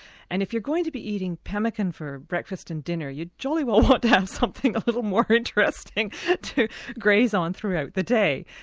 and if you're going to be eating pemmican for breakfast and dinner, you jolly well ought to have something a little more interesting to graze on throughout the day.